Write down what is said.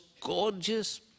gorgeous